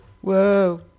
Whoa